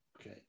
Okay